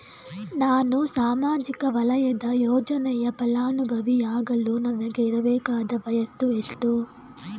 ನಾನು ಸಾಮಾಜಿಕ ವಲಯದ ಯೋಜನೆಯ ಫಲಾನುಭವಿ ಯಾಗಲು ನನಗೆ ಇರಬೇಕಾದ ವಯಸ್ಸು ಎಷ್ಟು?